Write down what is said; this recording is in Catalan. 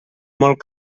molt